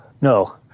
no